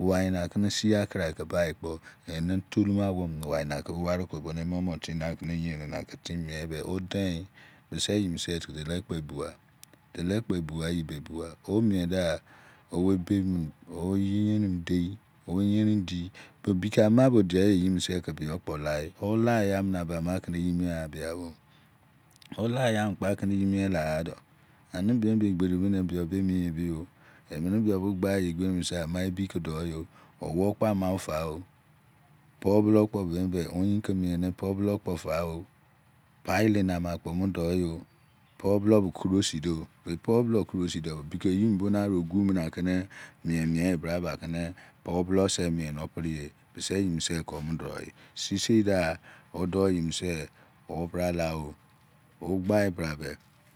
mana kene sii akiraike bai kpi ene to mumu awomene waina kene emumo ke wari ko timi neyeruna ke timiyin be odein bise eyimi6doli kpi ebugha yi be ebugha omie da iwebe mini owoeyeein mini dei bike ama bi die yiminise okpo iyi olayi yamene abumo kun eyimie abia olaeyi yaimini kpo akeneyi mie laghe do ani semi be egbe vi bini bi yo be mi yebio emane bio gbai egberi mini se ama ebi doiyo owo kpo ama ogat por bulo kpo oyin kemiene po bulo gao pilire ama kpo omu doi yo psv bulo krosiado be krosido ne arogumiene kon baku bo por bulo si mie o ise yiminise se komulo sisi da odoiyi mini se obralao ogbaibrabe